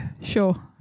sure